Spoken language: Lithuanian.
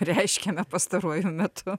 reiškiame pastaruoju metu